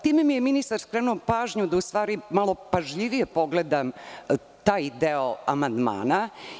Time mi je ministar skrenuo pažnju, u stvari, malo pažljivije pogledam taj deo amandmana.